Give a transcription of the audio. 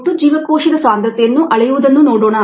ಒಟ್ಟು ಜೀವಕೋಶದ ಸಾಂದ್ರತೆಯನ್ನು ಅಳೆಯುವುದನ್ನು ನೋಡೋಣ